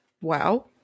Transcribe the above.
Wow